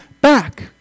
back